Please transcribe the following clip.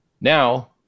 Now